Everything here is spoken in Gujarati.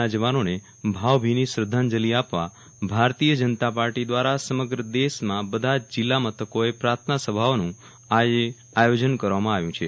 ના જવાનોને ભાવભીની શ્રેદ્ધાંજલિ આપવા ભારતીય જનતા પાર્ટી દ્વારા સમગ્ર દેશમાં બધા જ જિલ્લા મથકોએ પ્રાર્થના સભાઓનું આજે આયોજન કરવામાં આવી છે